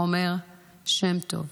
עומר שם טוב.